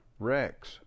rex